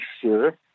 sure